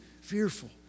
fearful